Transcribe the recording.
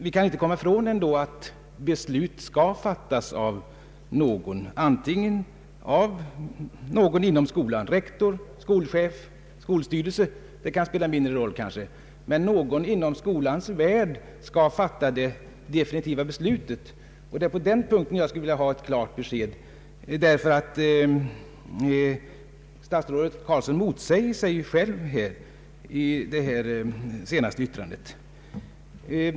Vi kan ändå inte komma ifrån att det definitiva beslutet skall fattas av någon inom skolans värld: rektor, skolchef eller skolstyrelse — vilken av dem som gör det kan spela mindre roll — och det är på den punkten som jag skulle vilja få ett klart besked. Statsrådet Carlsson motsade sig själv i sitt senaste yttrande.